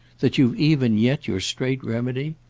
that you've even yet your straight remedy?